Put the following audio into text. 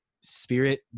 spirit